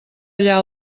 allà